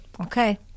Okay